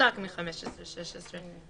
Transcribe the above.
מנותק מ-15 ו-16.